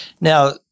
Now